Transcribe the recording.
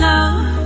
Love